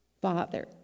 father